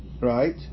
right